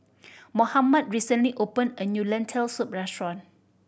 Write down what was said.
Mohammad recently opened a new Lentil Soup restaurant